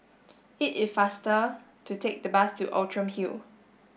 it is faster to take the bus to Outram Hill